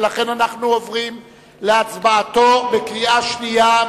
ולכן אנחנו עוברים להצבעה בקריאה שנייה,